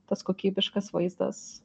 tas kokybiškas vaizdas